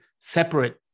separate